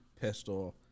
pistol